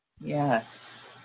Yes